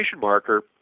marker